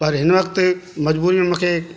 पर हिन वक़्तु मजबूरी में मूंखे